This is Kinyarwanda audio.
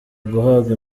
guhabwa